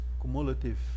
cumulative